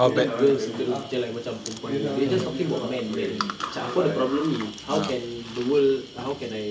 big girls into the picture like macam perempuan ni they are just talking about men men macam aku ada problem ni how can the world how can I